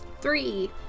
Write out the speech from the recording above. Three